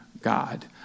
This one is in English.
God